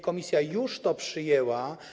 Komisja już to przyjęła.